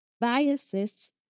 biases